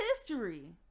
history